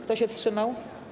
Kto się wstrzymał?